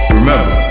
remember